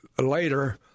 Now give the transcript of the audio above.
later